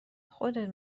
خودت